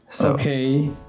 Okay